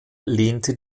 lehnte